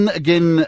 again